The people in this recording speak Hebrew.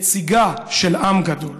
נציגה של עם גדול.